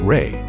Ray